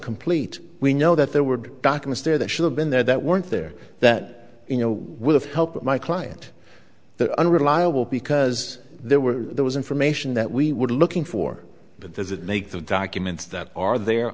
incomplete we know that there were documents there that should have been there that weren't there that you know would have helped my client unreliable because there were there was information that we would looking for but there's that make the documents that are there